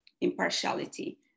impartiality